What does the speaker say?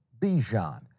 Bijan